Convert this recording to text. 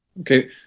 Okay